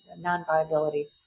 non-viability